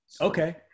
Okay